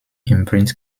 imprint